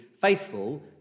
faithful